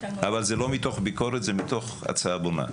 אבל זה לא מתוך ביקורת, זה מתוך הצעה בונה.